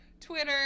Twitter